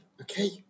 okay